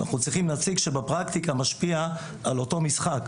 אנחנו צריכים נציג שבפרקטיקה משפיע על אותו משחק.